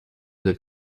del